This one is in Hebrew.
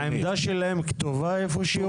העמדה שלהם כתובה איפה שהוא?